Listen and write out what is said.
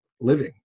living